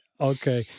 Okay